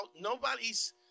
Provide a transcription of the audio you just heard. nobody's